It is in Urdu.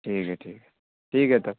ٹھیک ہے ٹھیک ہے ٹھیک ہے تب